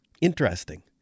Interesting